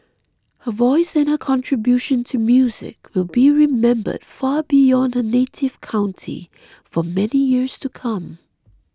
her voice and her contribution to music will be remembered far beyond her native county for many years to come